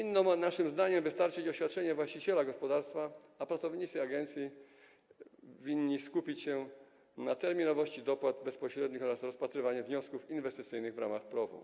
Naszym zdaniem winno wystarczyć oświadczenie właściciela gospodarstwa, a pracownicy agencji winni skupić się np. na terminowości dopłat bezpośrednich oraz rozpatrywaniu wniosków inwestycyjnych w ramach PROW.